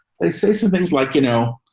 they say some things like, you know,